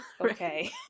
okay